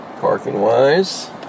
Parking-wise